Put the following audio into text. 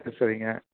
சரிங்க